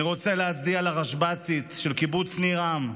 אני רוצה להצדיע לרבש"צית של קיבוץ ניר עם,